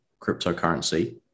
cryptocurrency